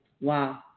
Wow